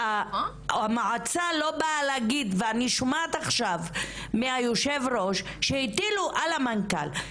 אני שומעת עכשיו מיושב הראש שהטילו על המנכ"ל.